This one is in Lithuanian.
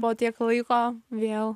po tiek laiko vėl